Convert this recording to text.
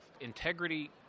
Integrity